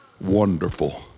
wonderful